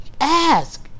Ask